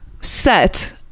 set